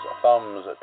thumbs